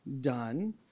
done